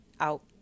out